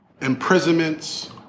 imprisonments